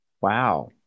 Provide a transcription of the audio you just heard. wow